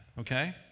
okay